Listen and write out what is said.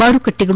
ಮಾರುಕಟ್ಟೆಗಳು